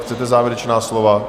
Chcete závěrečná slova?